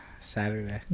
Saturday